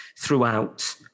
throughout